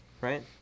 right